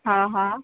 हा हा